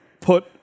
put